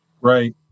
Right